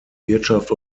wirtschaft